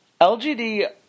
LGD